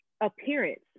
appearance